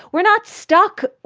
we're not stuck.